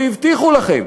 והבטיחו לכם,